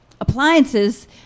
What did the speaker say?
appliances